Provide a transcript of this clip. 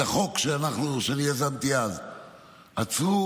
את החוק שאני יזמתי אז עצרו,